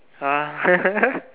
!huh!